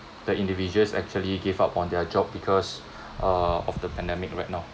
the individuals actually gave up on their job because uh of the pandemic right now